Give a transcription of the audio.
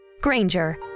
Granger